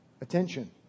attention